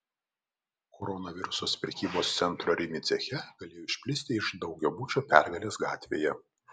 koronavirusas prekybos centro rimi ceche galėjo išplisti iš daugiabučio pergalės gatvėje